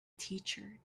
teacher